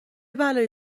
بلایی